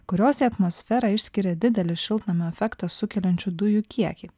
kurios į atmosferą išskiria didelį šiltnamio efektą sukeliančių dujų kiekį